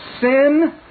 sin